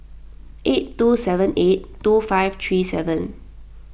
eight two seven eight two five three seven